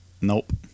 Nope